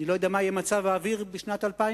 אני לא יודע מה יהיה מצב האוויר בשנת 2020